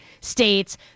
states